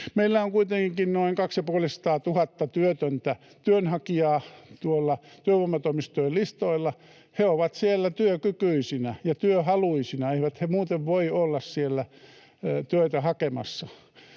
Meillä on kuitenkin noin kaksi‑ ja puolisataatuhatta työtöntä työnhakijaa tuolla työvoimatoimistojen listoilla. He ovat siellä työkykyisinä ja työhaluisina, eivät he muuten voi olla siellä työtä hakemassa.